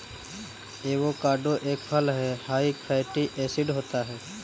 avocado एक फल हैं हाई फैटी एसिड होता है